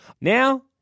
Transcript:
Now